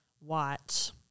watch